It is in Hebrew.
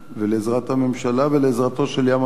לעזרת הממשלה ולעזרתו של ים-המלח,